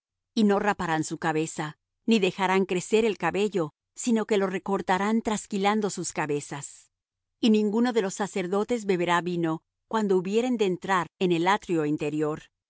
y no raparán su cabeza ni dejarán crecer el cabello sino que lo recortarán trasquilando sus cabezas y ninguno de los sacerdotes beberá vino cuando hubieren de entrar en el atrio interior